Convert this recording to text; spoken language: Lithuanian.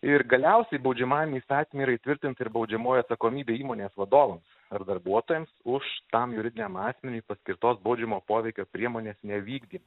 ir galiausiai baudžiamajame įstatyme yra įtvirtinta ir baudžiamoji atsakomybė įmonės vadovams ar darbuotojams už tam juridiniam asmeniui paskirtos baudžiamo poveikio priemonės nevykdy